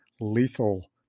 lethal